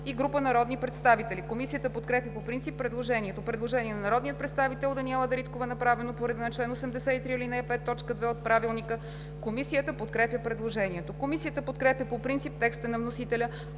и група народни представители. Комисията подкрепя по принцип предложението. Предложение на народния представител Даниела Дариткова, направено по реда на чл. 83, ал. 5, т. 2 от Правилника. Комисията подкрепя предложението. Комисията подкрепя по принцип текста на вносителя